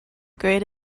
great